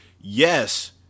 yes